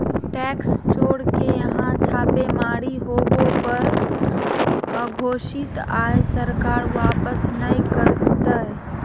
tax चोर के यहां छापेमारी होबो पर अघोषित आय सरकार वापस नय करतय